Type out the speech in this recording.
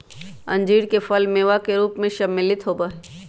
अंजीर के फल मेवा के रूप में सम्मिलित होबा हई